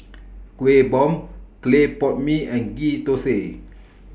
Kuih Bom Clay Pot Mee and Ghee Thosai